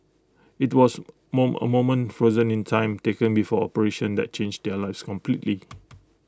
IT was mom A moment frozen in time taken before operation that changed their lives completely